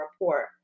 Report